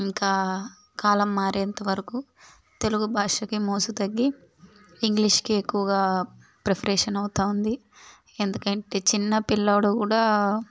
ఇంకా కాలం మారేంత వరకు తెలుగు భాషకి మోజు తగ్గి ఇంగ్లీష్కే ఎక్కువగా ప్రిపరేషన్ అవుతూవుంది ఎందుకంటే చిన్నపిల్లోడు కూడా